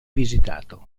visitato